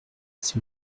c’est